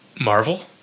Marvel